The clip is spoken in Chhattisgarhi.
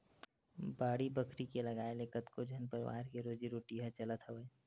बाड़ी बखरी के लगाए ले कतको झन परवार के रोजी रोटी ह चलत हवय